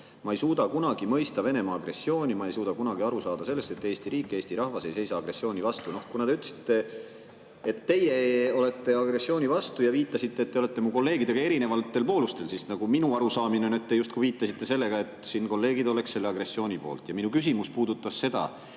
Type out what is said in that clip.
te ei suuda kunagi mõista Venemaa agressiooni, te ei suuda kunagi aru saada sellest, et Eesti riik ja Eesti rahvas ei seisa agressiooni vastu. Kuna te ütlesite, et teie olete agressiooni vastu, ja viitasite, et te olete mu kolleegidega erinevatel poolustel, siis minu arusaamine on, et te justkui viitasite, et osa kolleege on selle agressiooni poolt. Minu küsimus puudutas seda,